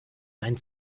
dein